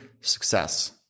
success